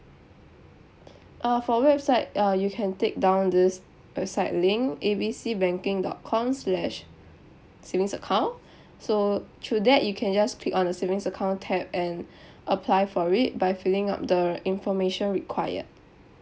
uh for website uh you can take down this website link A B C banking dot com slash savings account so through that you can just click on the savings account tab and apply for it by filling up the information required